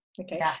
okay